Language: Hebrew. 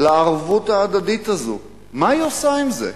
לערבות ההדדית הזאת, מה היא עושה עם זה?